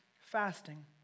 Fasting